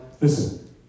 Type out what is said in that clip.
Listen